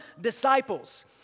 disciples